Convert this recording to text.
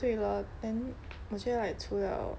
对 lor then 我觉得 like 除了